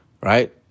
Right